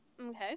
Okay